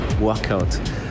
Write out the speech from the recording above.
workout